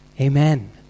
Amen